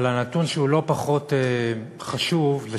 אבל הנתון שלא פחות חשוב הוא